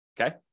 okay